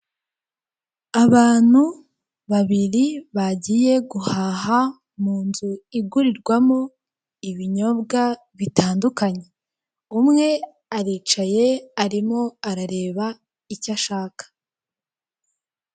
Abantu babiri bagiye guhaha, mu nzu igurirwamo ibinyobwa bitandukanye, umwe aricaye arimo arareba icyo ashaka.